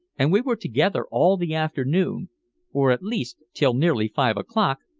and we were together all the afternoon or at least till nearly five o'clock,